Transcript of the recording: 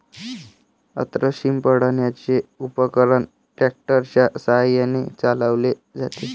अन्न शिंपडण्याचे उपकरण ट्रॅक्टर च्या साहाय्याने चालवले जाते